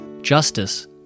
justice